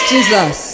Jesus